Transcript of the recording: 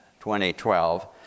2012